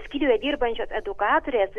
skyriuje dirbančios edukatorės